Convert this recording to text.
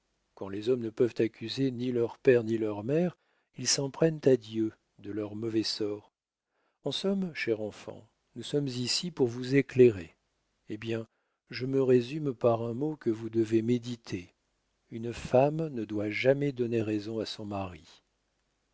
quand les hommes ne peuvent accuser ni leur père ni leur mère ils s'en prennent à dieu de leur mauvais sort en somme chère enfant nous sommes ici pour vous éclairer hé bien je me résume par un mot que vous devez méditer une femme ne doit jamais donner raison à son mari